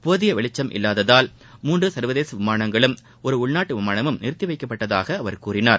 போதிய வெளிச்சும் இல்லாததால் மூன்று சர்வதேச விமானங்களும் ஒரு உள்நாட்டு விமானமும் நிறுத்தி வைக்கப்பட்டதாக அவர் கூறினார்